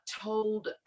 told